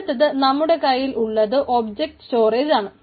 അടുത്തത് നമ്മുടെ കൈയിൽ ഉള്ളത് ഒബ്ജക്റ്റ് സ്റ്റോറേജാണ്